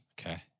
Okay